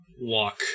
walk